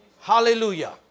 Hallelujah